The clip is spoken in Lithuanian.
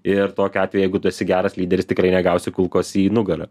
ir tokiu atveju jeigu tu esi geras lyderis tikrai negausi kulkos į nugarą